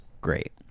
great